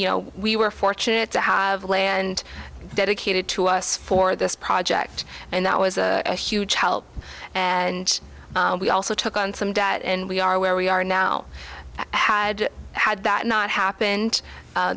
you know we were fortunate to have a way and dedicated to us for this project and that was a huge help and we also took on some debt and we are where we are now had had that not happened